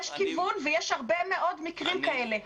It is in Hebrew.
יש כיוון ויש הרבה מאוד מקרים כאלה,